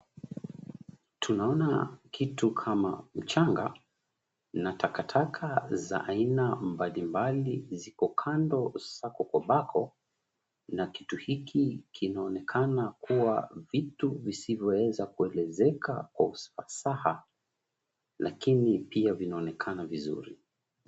Tunaona kitu kama mchanga na takataka za aina mbali mbali ziko kando sako kwa bako na kitu hiki kinaonekana kuwa vitu visivyoweza kuelezeka kwa ufasaha lakini pia vinaonekana vizuri.